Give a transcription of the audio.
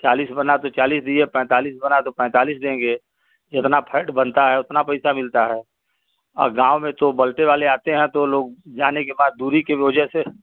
चालीस बना तो चालीस दिए पैंतालीस बना तो पैंतालीस देंगे जितना फैट बनता है उतना पैसा मिलता है गाँव में तो बल्टे वाले आते हैं तो वो लोग जाने के बाद दूरी के वजह से